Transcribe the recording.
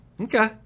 Okay